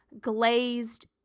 Glazed